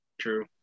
true